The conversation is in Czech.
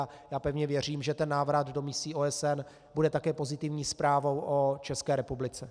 A já pevně věřím, že návrat do misí OSN bude také pozitivní zprávou o České republice.